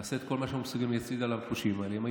נעשה את כל שאנו מסוגלים כדי לשים יד על הפושעים האלה.